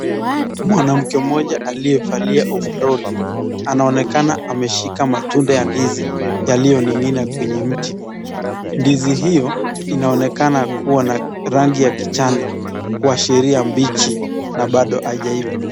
Mwanamke moja aliyevalia ovaroli, anaonekana ameshika matunda ya ndizi yaliyoningina kwenye mti. Ndizi hio inaonekana kuwa na rangi ya kijani kuashiria mpichi, na Bado haijaiva.